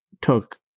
took